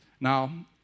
Now